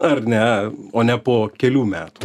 ar ne o ne po kelių metų